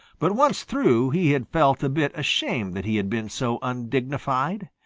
but once through, he had felt a bit ashamed that he had been so undignified.